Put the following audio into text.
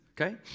Okay